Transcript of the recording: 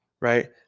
right